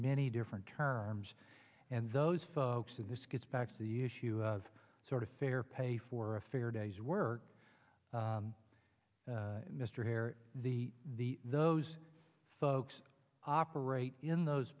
many different terms and those folks have this gets back to the issue of sort of fair pay for a fair day's work mr hare the the those folks operate in those